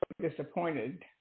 disappointed